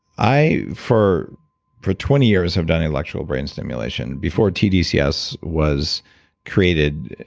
i, for for twenty years, have done electrical brain stimulation. before tdcs was created,